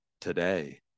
today